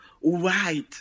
white